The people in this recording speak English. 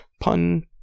Pun